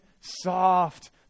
soft